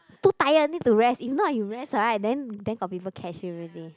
too tired need to rest if not you rest ah and then then got people catch you already